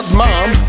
mom